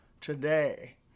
today